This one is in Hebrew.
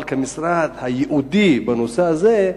אבל כמשרד הייעודי בנושא הזה,